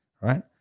right